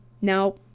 Now